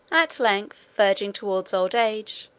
at length, verging towards old age,